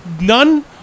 None